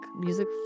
music